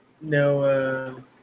no